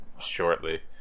shortly